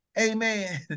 Amen